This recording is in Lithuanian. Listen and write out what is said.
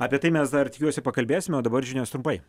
apie tai mes dar tikiuosi pakalbėsime o dabar žinios trumpai